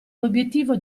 l’obbiettivo